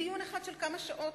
בדיון אחד של כמה שעות,